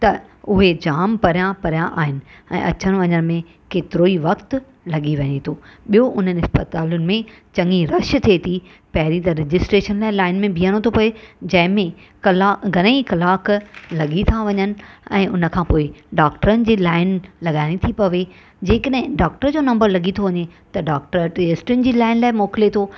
त उवे जाम परिया परिया आहिनि ऐं अचणु वञण में केतिरो ई वक़्तु लॻी वञे थो ॿियो उन्हनि इस्पतालुनि में चंगी रश थिए थी पहिरीं त रजिस्ट्रेशन जे लाइ लाइन में बीहणो थो पिए जंहिं में कला घणई कलाकु लॻी था वञनि ऐं हुन खां पोइ डॉक्टरनि जी लाइन लगाइणी थी पवे जे कॾहिं डॉक्टर जो नम्बर लॻी थो वञे त डॉक्टर टेस्टुनि जी लाइन लाइ मोकिले थो